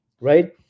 Right